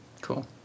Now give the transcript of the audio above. Cool